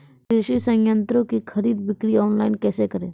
कृषि संयंत्रों की खरीद बिक्री ऑनलाइन कैसे करे?